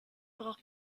braucht